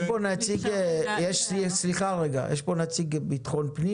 יש פה נציג של המשרד לביטחון פנים?